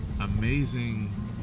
amazing